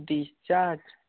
discharge